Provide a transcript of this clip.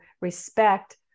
respect